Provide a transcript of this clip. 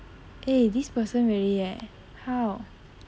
eh this person really eh how